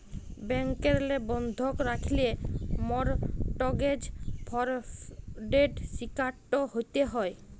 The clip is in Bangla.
ব্যাংকেরলে বন্ধক রাখল্যে মরটগেজ ফরডের শিকারট হ্যতে হ্যয়